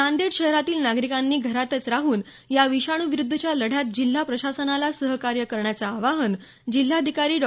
नांदेड शहरातील नागरिकांनी घरातच राहून या विषाणूविरुद्धच्या लढ्यात जिल्हा प्रशासनाला सहकार्य करण्याचं आवाहन जिल्हाधिकारी डॉ